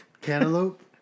Cantaloupe